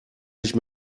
nicht